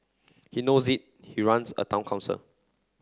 he knows it he runs a Town Council